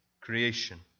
creation